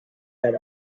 had